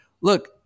look